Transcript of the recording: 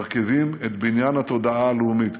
מרכיבים את בניין התודעה הלאומית.